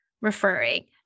referring